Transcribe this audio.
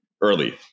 early